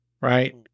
right